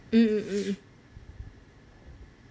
mm mm mm mm